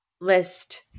list